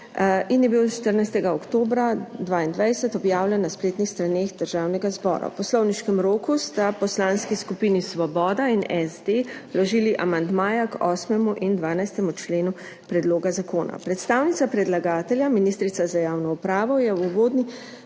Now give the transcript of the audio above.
in je bil iz 14. oktobra 2022 objavljen na spletnih straneh Državnega zbora. V poslovniškem roku sta poslanski skupini Svoboda in SD vložili amandmaja k 8. in 12. členu predloga zakona. Predstavnica predlagatelja, ministrica za javno upravo, je v uvodu